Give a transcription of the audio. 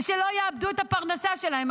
ושלא יאבדו את הפרנסה שלהן.